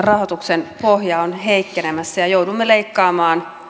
rahoituksen pohja on heikkenemässä ja joudumme leikkaamaan